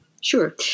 Sure